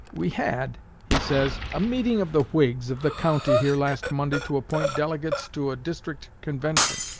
we had, he says, a meeting of the whigs of the county here last monday to appoint delegates to a district convention.